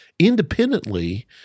independently